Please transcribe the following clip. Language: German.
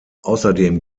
außerdem